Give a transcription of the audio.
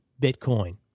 Bitcoin